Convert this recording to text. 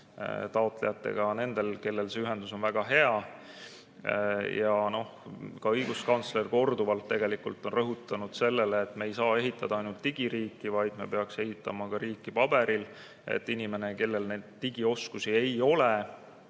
taotleja nendega, kellel see ühendus on väga hea. Ka õiguskantsler on korduvalt rõhutanud seda, et me ei saa ehitada ainult digiriiki, vaid me peaksime ehitama ka riiki paberil, et inimene, kellel neid digioskusi ei ole